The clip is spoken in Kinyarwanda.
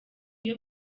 iyo